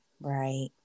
right